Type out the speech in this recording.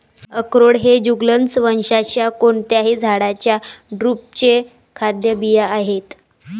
अक्रोड हे जुगलन्स वंशाच्या कोणत्याही झाडाच्या ड्रुपचे खाद्य बिया आहेत